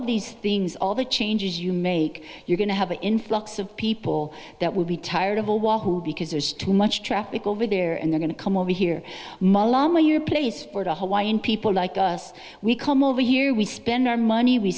of these things all the changes you make you're going to have an influx of people that will be tired of all wahoo because there's too much traffic over there and they're going to come over here mama your place for the hawaiian people like us we come over here we spend our money we